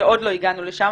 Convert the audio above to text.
שעוד לא הגענו אליהם,